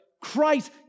Christ